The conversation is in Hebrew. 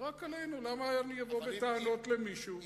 למה שאני אבוא בטענות למישהו?